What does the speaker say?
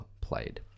played